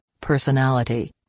personality